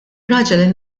raġel